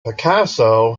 picasso